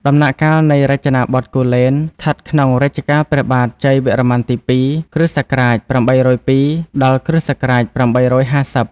ដំណាក់កាលនៃរចនាបថគូលែន ស្ថិតក្នុងរជ្ជកាលព្រះបាទជ័យវរ្ម័នទី២ (គ.ស. ៨០២ ដល់ គ.ស. ៨៥០)។